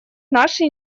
наши